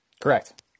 Correct